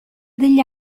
degli